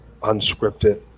unscripted